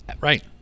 Right